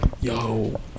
Yo